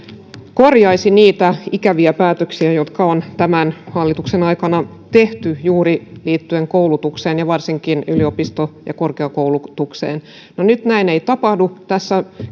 korjaisi niitä ikäviä päätöksiä jotka on tämän hallituksen aikana tehty liittyen juuri koulutukseen ja varsinkin yliopisto ja korkeakoulutukseen no nyt näin ei tapahdu tässä